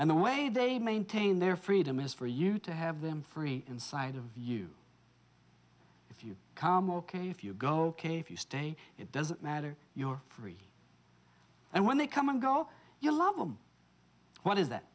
and the way they maintain their freedom is for you to have them free inside of you if you come ok if you go if you stay it doesn't matter you're free and when they come and go you love them what is that